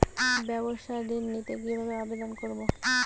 ব্যাবসা ঋণ নিতে কিভাবে আবেদন করব?